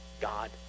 God